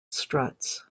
struts